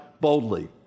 boldly